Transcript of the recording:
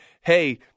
hey